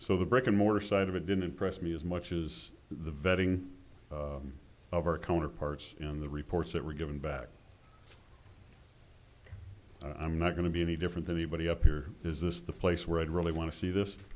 so the brick and mortar side of it didn't impress me as much as the vetting of our counterparts in the reports that were given back i'm not going to be any different than anybody up here is this the place where i'd really want to see this